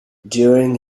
during